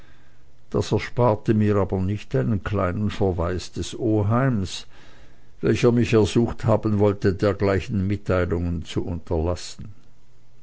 das ersparte mir aber nicht einen kleinen verweis des oheims welcher mich ersucht haben wollte dergleichen mitteilungen zu unterlassen